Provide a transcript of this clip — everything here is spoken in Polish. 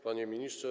Panie Ministrze!